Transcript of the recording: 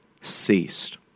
ceased